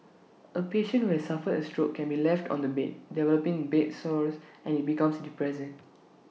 A patient who has suffered A stroke can be left on the bed developing bed sores and IT becomes depressing